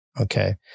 okay